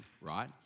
right